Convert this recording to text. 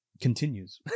continues